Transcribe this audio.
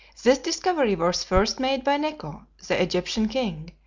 this discovery was first made by neco, the egyptian king,